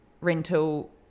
rental